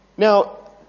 Now